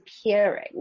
appearing